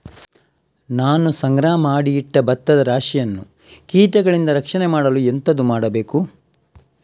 ನಾನು ಸಂಗ್ರಹ ಮಾಡಿ ಇಟ್ಟ ಭತ್ತದ ರಾಶಿಯನ್ನು ಕೀಟಗಳಿಂದ ರಕ್ಷಣೆ ಮಾಡಲು ಎಂತದು ಮಾಡಬೇಕು?